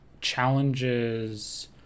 challenges